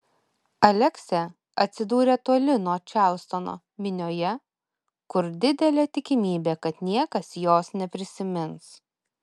aleksė atsidūrė toli nuo čarlstono minioje kur didelė tikimybė kad niekas jos neprisimins